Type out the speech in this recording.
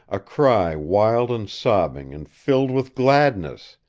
a cry wild and sobbing and filled with gladness,